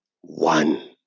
One